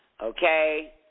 Okay